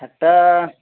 ସେଟା